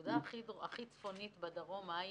הנקודה הכי צפונית בדרום, מה היא?